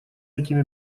этими